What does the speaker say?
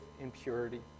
impurity